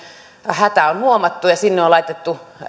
hätä on huomattu ja sinne on laitettu